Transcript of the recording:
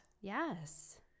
Yes